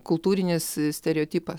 kultūrinis stereotipas